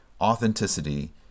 authenticity